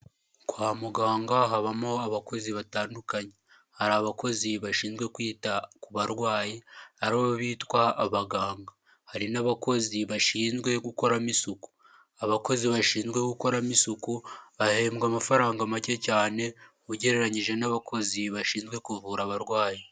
Kwa muganga habamo abakozi batandukanye hari abakozi bashinzwe kwita ku barwayi aribo bitwa abaganga, hari n'abakozi bashinzwe gukoramo isuku, abakozi bashinzwe gukoramo isuku bahembwa amafaranga make cyane ugereranyije n'abakozi bashinzwe kuvura abarwayi.